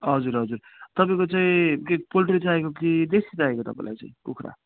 हजुर हजुर तपाईँको चाहिँ के पोल्ट्री चाहिएको कि देसी चाहिएको तपाईँलाई चाहिँ कुखुरा